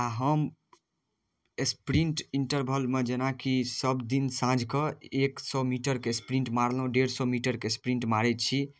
आओर हम स्प्रिन्ट इन्टरवलमे जेनाकि सबदिन साँझके एक सौ मीटरके स्प्रिन्ट मारलहुँ डेढ़ सौ मीटरके स्प्रिन्ट मारै छी